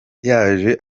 yaje